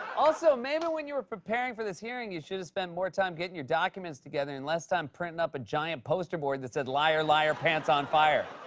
also, maybe when you were preparing for this hearing, you should have spent more time getting your documents together and less time printing up a giant poster board that said liar, liar, pants on fire.